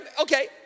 okay